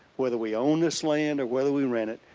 whether we own this land or whether we rent it,